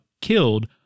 killed